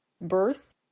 birth